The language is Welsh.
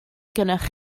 gennych